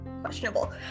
questionable